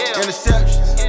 interceptions